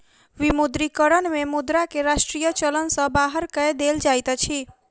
विमुद्रीकरण में मुद्रा के राष्ट्रीय चलन सॅ बाहर कय देल जाइत अछि